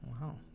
Wow